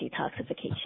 detoxification